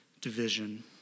division